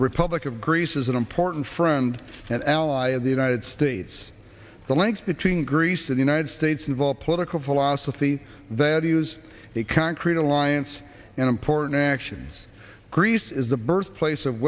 republic of greece is an important friend and ally of the united states the links between greece and united states involve political philosophy that has a concrete alliance and important actions greece is the birthplace of